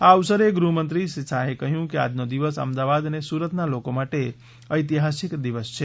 આ અવસરે ગૃહમંત્રી શ્રી શાહે કહ્યું કે આજનો દિવસ અમદાવાદ અને સુરતના લોકો માટે ઐતિહાસિક દિવસ છે